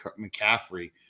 McCaffrey